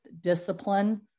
discipline